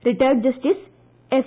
retired justice F